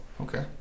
Okay